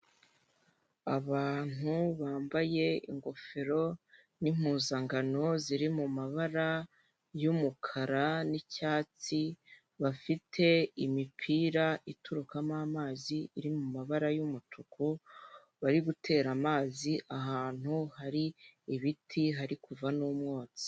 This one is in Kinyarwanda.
Abantu bambaye ingofero n'impuzangano ziri mu mabara y'umukara n'icyatsi, bafite imipira iturukamo amazi iri mu mabara y'umutuku, bari gutera amazi ahantu hari ibiti hari kuva n'umwotsi.